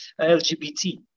LGBT